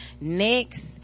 next